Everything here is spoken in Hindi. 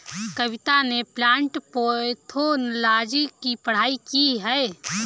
कविता ने प्लांट पैथोलॉजी की पढ़ाई की है